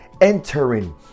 entering